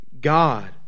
God